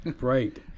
Right